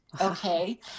Okay